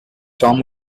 tom